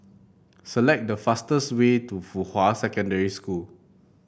select the fastest way to Fuhua Secondary School